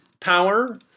power